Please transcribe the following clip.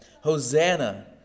Hosanna